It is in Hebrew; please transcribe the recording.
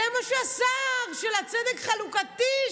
זה מה שהשר של הצדק החלוקתי,